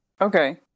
Okay